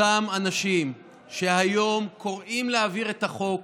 אותם אנשים שהיום קוראים להעביר את החוק